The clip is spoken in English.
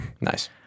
Nice